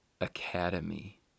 Academy